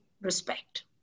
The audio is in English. respect